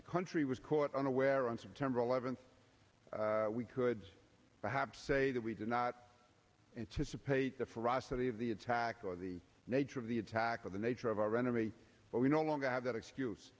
the country was caught unaware on september eleventh we could perhaps say that we did not anticipate the ferocity of the attack or the nature of the attack on the nature of our enemy but we no longer have that excuse